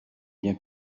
bien